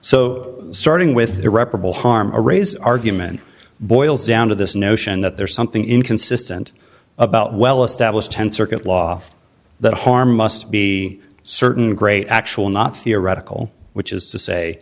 so starting with irreparable harm arrays argument boils down to this notion that there is something inconsistent about well established th circuit law that harm must be certain great actual not theoretical which is to say